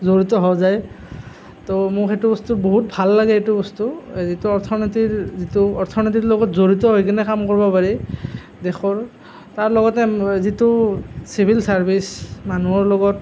জড়িত হোৱা যায় তো মোৰ সেইটো বস্তু বহুত ভাল লাগে এইটো বস্তু এইটো অৰ্থনীতিৰ যিটো অৰ্থনীতিৰ লগত জড়িত হৈ কিনে কাম কৰিব পাৰি দেশৰ তাৰ লগতে যিটো চিভিল ছাৰ্ভিছ মানুহৰ লগত